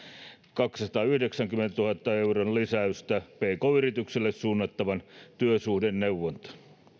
kahdensadanyhdeksänkymmenentuhannen euron lisäystä pk yrityksille suunnattavaan työsuhdeneuvontaan